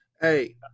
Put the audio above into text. Hey